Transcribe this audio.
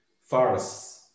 forests